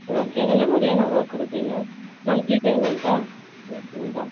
okay என்னமாதிரியான work கொடுப்பீங்க monthly பேமெண்ட்டா வீக் பேமெண்ட்டா